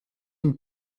une